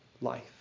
life